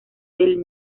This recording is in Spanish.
del